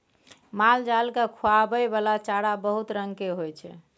मालजाल केँ खुआबइ बला चारा बहुत रंग केर होइ छै